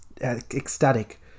ecstatic